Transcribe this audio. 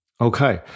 Okay